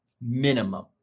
minimum